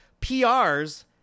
PRs